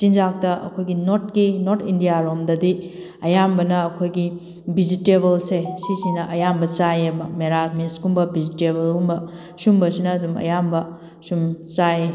ꯆꯤꯟꯖꯥꯛꯇ ꯑꯩꯈꯣꯏꯒꯤ ꯅꯣꯔꯠꯀꯤ ꯅꯣꯔꯠ ꯏꯟꯗꯤꯌꯥꯔꯣꯝꯗꯗꯤ ꯑꯌꯥꯝꯕꯅ ꯑꯩꯈꯣꯏꯒꯤ ꯚꯤꯖꯤꯇꯦꯕꯜꯁꯦ ꯁꯤꯁꯤꯅ ꯑꯌꯥꯝꯕ ꯆꯥꯏꯌꯦꯕ ꯃꯦꯔꯥꯃꯦꯁ ꯀꯨꯝꯕ ꯚꯤꯖꯤꯇꯦꯕꯜꯒꯨꯝꯕ ꯁꯨꯝꯕꯁꯤꯅ ꯑꯗꯨꯝ ꯑꯌꯥꯝꯕ ꯁꯨꯝ ꯆꯥꯏ